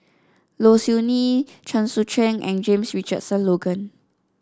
Low Siew Nghee Chen Sucheng and James Richardson Logan